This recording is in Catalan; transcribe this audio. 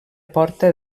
porta